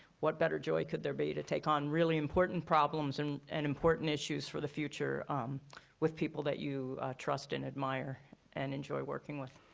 what better joy could there be to take on really important problems and and important issues for the future um with people that you trust and admire and enjoy working with?